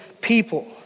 people